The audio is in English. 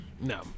no